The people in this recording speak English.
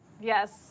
Yes